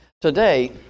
Today